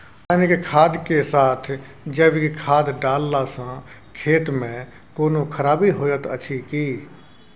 रसायनिक खाद के साथ जैविक खाद डालला सॅ खेत मे कोनो खराबी होयत अछि कीट?